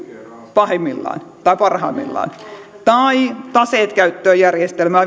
pahimmillaan tai parhaimmillaan tai taseet käyttöön järjestelmää